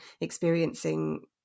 experiencing